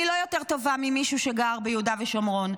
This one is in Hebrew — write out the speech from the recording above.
אני לא יותר טובה ממישהו שגר ביהודה ושומרון,